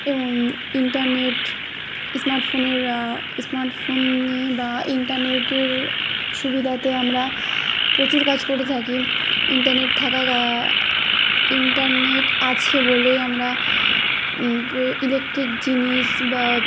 এবং ইন্টারনেট স্মার্টফোনের স্মার্টফোনে বা ইন্টারনেটের সুবিধাতে আমরা প্রচুর কাজ করে থাকি ইন্টারনেট থাকা ইন্টারনেট আছে বলে আমরা ইলেকট্রিক জিনিস বা